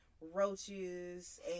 roaches